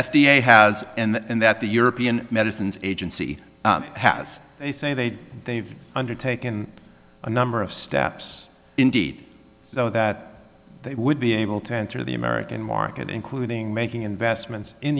has and that the european medicines agency has they say they they've undertaken a number of steps indeed so that they would be able to enter the american market including making investments in